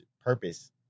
purpose